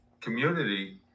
community